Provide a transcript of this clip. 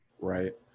right